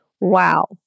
Wow